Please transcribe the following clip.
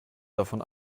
davon